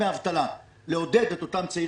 דבר אחד הוא: במקום דמי אבטלה לעודד את אותם צעירים